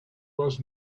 was